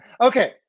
Okay